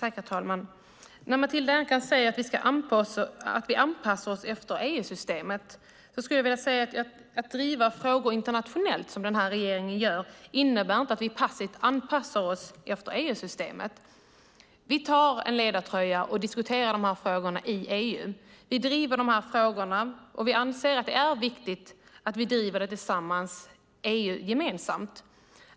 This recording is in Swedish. Herr talman! Matilda Ernkrans säger att vi anpassar oss efter EU-systemet. Att driva frågor internationellt, som regeringen gör, innebär inte att vi passivt anpassar oss efter EU-systemet. Vi tar ledartröjan och diskuterar dessa frågor i EU. Vi driver dessa frågor, och vi anser att det är viktigt att vi driver tillsammans, EU-gemensamt.